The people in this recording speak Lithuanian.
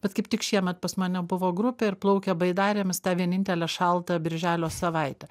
bet kaip tik šiemet pas mane buvo grupė ir plaukė baidarėmis tą vienintelę šaltą birželio savaitę